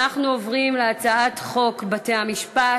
אנחנו עוברים להצעת חוק בתי-המשפט